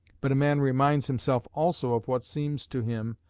but a man reminds himself also of what seems to him,